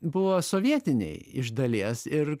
buvo sovietiniai iš dalies ir